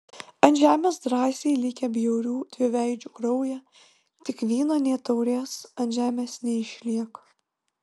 ant žemės drąsiai likę bjaurių dviveidžių kraują tik vyno nė taurės ant žemės neišliek